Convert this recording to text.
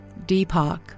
Deepak